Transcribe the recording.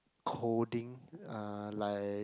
coding uh like